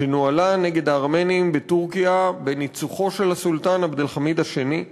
שנוהלה נגד הארמנים בטורקיה בניצוחו של הסולטן עבד אל-חמיד השני,